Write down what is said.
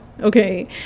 okay